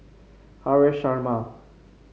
Haresh Sharma